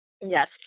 Yes